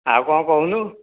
ଆଉ କ'ଣ କହୁନୁ